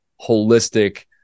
holistic